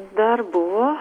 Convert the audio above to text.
dar buvo